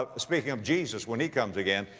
ah speaking of jesus, when he comes again.